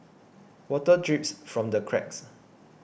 water drips from the cracks